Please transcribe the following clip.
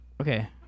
Okay